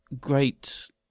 great